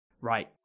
Right